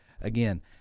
again